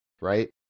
right